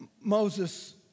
Moses